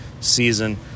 season